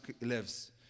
lives